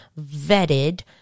vetted